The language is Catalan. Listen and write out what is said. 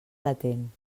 latent